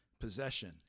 possession